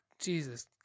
Jesus